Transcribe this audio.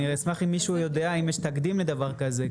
אשמח אם מישהו יודע אם יש תקדים לדבר כזה.